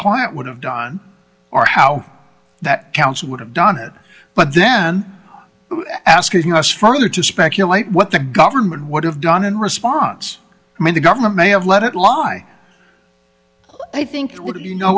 client would have done or how that counsel would have done it but then asking us further to speculate what the government would have done in response i mean the governor may have let it lie i think you know